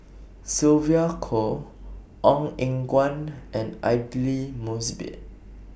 Sylvia Kho Ong Eng Guan and Aidli Mosbit